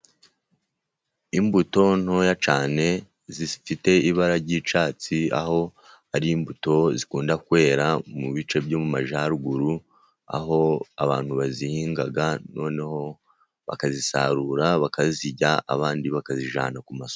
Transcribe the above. Imbuto ntoya cyane zifite ibara ry'icyatsi . Aho imbuto zikunda kwera mu bice byo mu majyaruguru, ni aho abantu bazihinga ,noneho bakazisarura , abandi bakazijyana ku isoko .